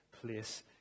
place